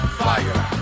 fire